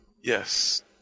Yes